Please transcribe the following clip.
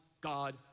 God